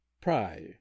pry